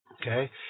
okay